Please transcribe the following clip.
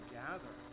gather